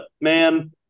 man